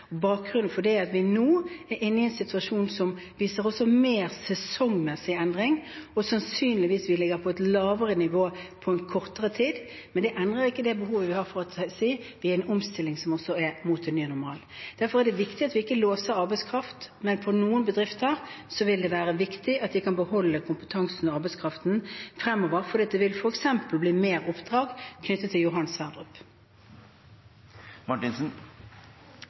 Bakgrunnen for det er at vi nå er inne i en situasjon som viser også mer sesongmessig endring, og sannsynligvis vil vi ligge på et lavere nivå på kortere tid. Men det endrer ikke behovet for å si at vi er i en omstilling også mot den nye normalen. Derfor er det viktig at vi ikke låser arbeidskraft. Men på noen bedrifter vil det være viktig at vi kan beholde kompetansen og arbeidskraften fremover, f.eks. vil det bli mer oppdrag knyttet til Johan